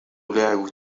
لاعب